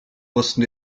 wussten